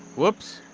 whoops.